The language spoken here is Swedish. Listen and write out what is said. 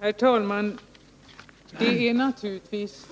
Herr talman! Det är naturligtvis